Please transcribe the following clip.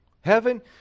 heaven